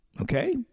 okay